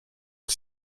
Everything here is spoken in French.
que